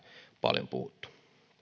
paljon puhuttu